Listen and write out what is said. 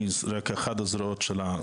אני רק אחד הזרועות שלה.